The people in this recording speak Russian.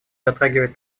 затрагивает